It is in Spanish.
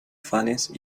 fanes